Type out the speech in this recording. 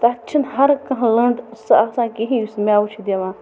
تٔتھۍ چھِ نہٕ ہَر کانٛہہ لٔنڈ سہٕ آسان کِہیٖنۍ یُس مٮ۪وٕ چھُ دِوان